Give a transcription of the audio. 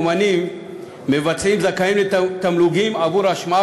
אמנים ומבצעים זכאים לתמלוגים עבור השמעה